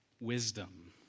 wisdom